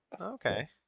Okay